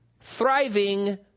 thriving